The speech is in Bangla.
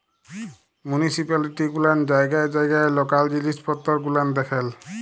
মুনিসিপিলিটি গুলান জায়গায় জায়গায় লকাল জিলিস পত্তর গুলান দেখেল